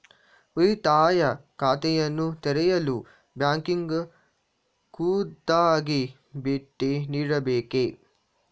ಉಳಿತಾಯ ಖಾತೆಯನ್ನು ತೆರೆಯಲು ಬ್ಯಾಂಕಿಗೆ ಖುದ್ದಾಗಿ ಭೇಟಿ ನೀಡಬೇಕೇ?